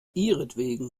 ihretwegen